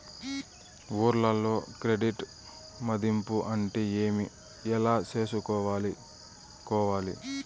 ఊర్లలో క్రెడిట్ మధింపు అంటే ఏమి? ఎలా చేసుకోవాలి కోవాలి?